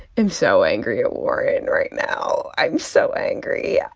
am so angry at warren right now. i'm so angry.